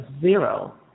zero